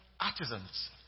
artisans